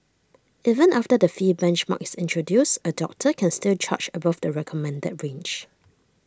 even after the fee benchmark is introduced A doctor can still charge above the recommended range